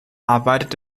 arbeitet